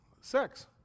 sex